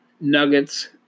nuggets